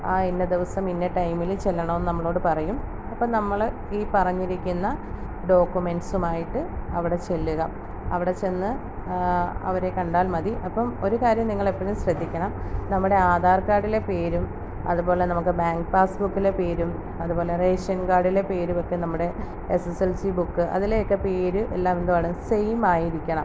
ആ ഇന്ന ദിവസം ഇന്ന ടൈമിൽ ചെല്ലണം എന്ന് നമ്മളോട് പറയും അപ്പം നമ്മൾ ഈ പറഞ്ഞിരിക്കുന്ന ഡോക്യുമെൻറ്റ്സുമായിട്ട് അവിടെ ചെല്ലുക അവിടെ ചെന്ന് അവരെ കണ്ടാൽ മതി അപ്പം ഒരു കാര്യം നിങ്ങളെപ്പോഴും ശ്രദ്ധിക്കണം നമ്മുടെ ആധാർക്കാഡിലെ പേരും അതുപോലെ നമുക്ക് ബാങ്ക് പാസ്ബുക്കിലെ പേരും അതുപോലെ റേഷൻ കാഡിലെ പേരും ഒക്കെ നമ്മുടെ S S L C book അതിലെ ഒക്കെ പേര് എല്ലാം എന്താണ് സേയിമായിരിക്കണം